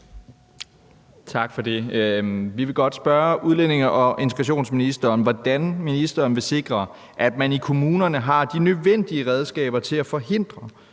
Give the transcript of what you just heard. Tak for det. Vi vil godt spørge udlændinge- og integrationsministeren om, hvordan ministeren vil sikre, at man i kommunerne har de nødvendige redskaber til at forhindre